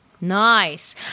Nice